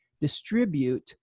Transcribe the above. distribute